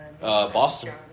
Boston